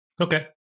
Okay